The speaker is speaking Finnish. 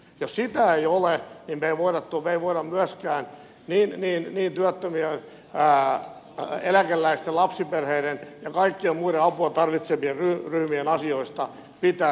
jos sitä ei ole niin me emme voi myöskään niin työttömien eläkeläisten lapsiperheiden kuin kaikkien muidenkaan apua tarvitsevien ryhmien asioista pitää riittävän hyvin huolta